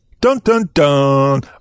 Dun-dun-dun